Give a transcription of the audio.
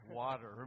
water